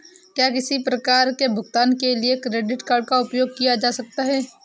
क्या किसी भी प्रकार के भुगतान के लिए क्रेडिट कार्ड का उपयोग किया जा सकता है?